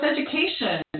education